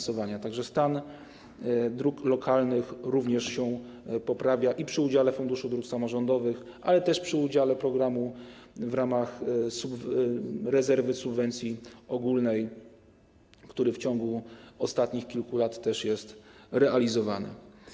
Stan dróg lokalnych również się poprawia i przy udziale Funduszu Dróg Samorządowych, ale też przy udziale programu w ramach rezerwy subwencji ogólnej, który w ciągu ostatnich kilku lat też jest realizowany.